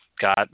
got